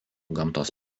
gamtos